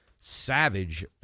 savage